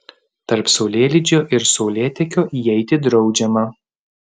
tarp saulėlydžio ir saulėtekio įeiti draudžiama